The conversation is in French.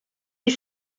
est